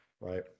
Right